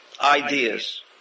ideas